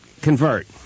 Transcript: Convert